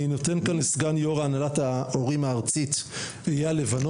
אני מקווה שחברת הכנסת השכל תגיע לסכם את